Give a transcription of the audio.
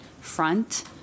front